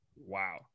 Wow